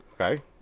Okay